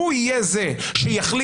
הוא יהיה זה שיחליט,